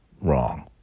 wrong